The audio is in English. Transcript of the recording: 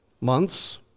months